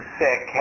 sick